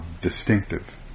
distinctive